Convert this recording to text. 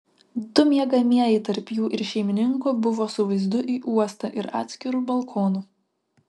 du miegamieji tarp jų ir šeimininko buvo su vaizdu į uostą ir atskiru balkonu